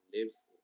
lives